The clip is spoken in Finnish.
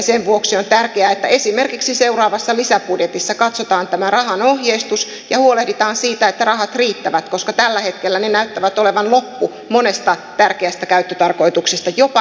sen vuoksi on tärkeää että esimerkiksi seuraavassa lisäbudjetissa katsotaan tämä rahan ohjeistus ja huolehditaan siitä että rahat riittävät koska tällä hetkellä ne näyttävät olevan loppu monesta tärkeästä käyttötarkoituksesta jopa nuorisotakuusta